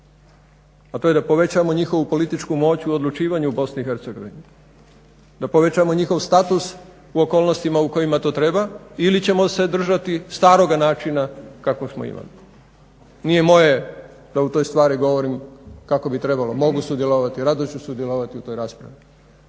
a to je da povećamo njihovu političku moć u odlučivanju u BiH, da povećamo njihov status u okolnostima u kojima to treba ili ćemo se držati staroga načina kako smo imali? Nije moje da u toj stvari govorim kako bi trebalo. Mogu sudjelovati, rado ću sudjelovati u toj raspravi